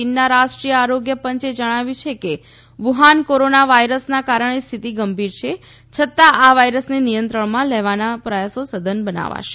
ચીનના રાષ્ટ્રીય આરોગ્ય પંચે જણાવ્યું છે કે વુહાન કોરોના વાયરસના કારણે સ્થિતિ ગંભીર છે છતાં આ વાયરસને નિયંત્રણમાં લેવાના પ્રયાસો સઘન બનાવાશે